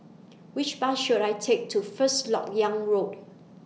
Which Bus should I Take to First Lok Yang Road